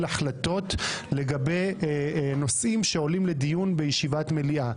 החלטות לגבי נושאים שעולים לדיון בישיבת מליאה.